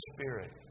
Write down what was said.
Spirit